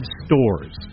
stores